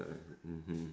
ah mmhmm